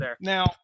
Now